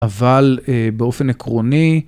אבל באופן עקרוני...